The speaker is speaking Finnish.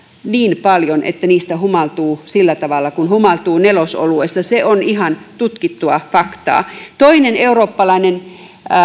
niin paljon että niistä humaltuu sillä tavalla kuin humaltuu nelosoluesta se on ihan tutkittua faktaa on toinen eurooppalainen